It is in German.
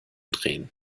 drehen